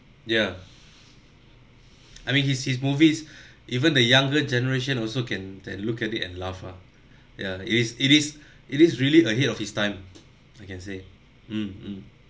ya I mean his his movies even the younger generation also can then look at it and laugh ah yeah it is it is it is really a hit of his time I can say mm mm